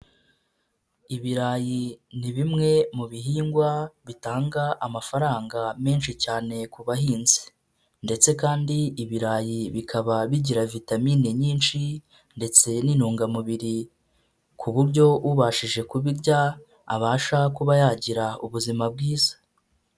Ibirayi ni bimwe mu bihingwa bitanga amafaranga menshi cyane ku bahinzi, ndetse kandi ibirayi bikaba bigira vitamine nyinshi, ndetse n'intungamubiri ku buryo ubashije kubirya abasha kuba yagira ubuzima bwiza.